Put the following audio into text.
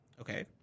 Okay